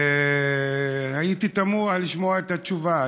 ותמהתי לשמע התשובה,